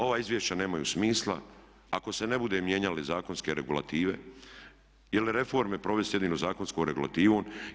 Ova izvješća nemaju smisla ako se ne budu mijenjale zakonske regulative, jer reforme provesti jednom zakonskom regulativom.